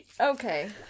Okay